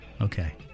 okay